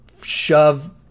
shove